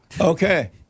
Okay